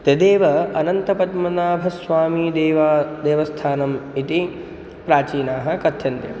तदेव अनन्तपद्मनाभस्वामीदेवस्य देवस्थानम् इति प्राचीनाः कथ्यन्ते